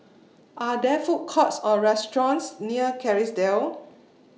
Are There Food Courts Or restaurants near Kerrisdale